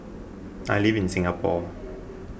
I live in Singapore